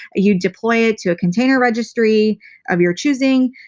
you'd deploy it to a container registry of your choosing.